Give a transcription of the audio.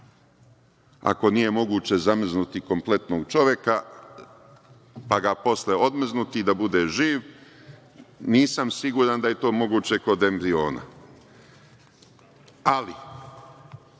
Ako nije moguće zamrznuti kompletnog čoveka, pa ga posle odmrznuti da bude živ, nisam siguran da je to moguće kod embriona. Ali,